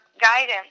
guidance